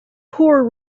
poor